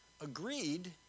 agreed